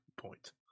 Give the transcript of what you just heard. point